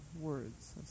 words